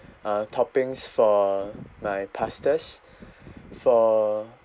uh toppings for my pastas for